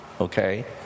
okay